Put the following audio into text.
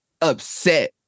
upset